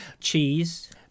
Cheese